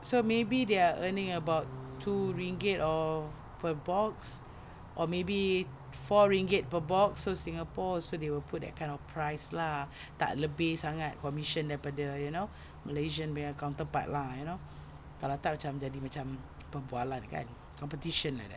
so maybe they are earning about two ringgit or per box or maybe four ringgit per box so Singapore also they will put that kind of price lah tak lebih sangat commission daripada you know Malaysian punya counterpart lah you know kalau tak jadi macam perbualan kan competition like that